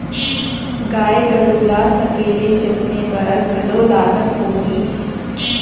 गाय गरू ल सकेले जतने बर घलौ लागत होही?